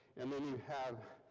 and then you have,